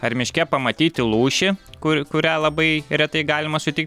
ar miške pamatyti lūšį kur kurią labai retai galima suti